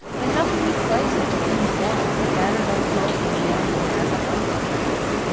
but how can he play such a thing as that a battered old hulk of a man who has, at one time or another,